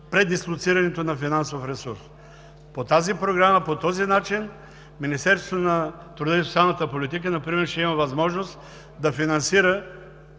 предислоцирането на финансов ресурс. По тази програма, по този начин Министерството на труда и социалната политика например ще има възможност да финансира